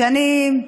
שאני,